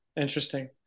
Interesting